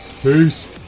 Peace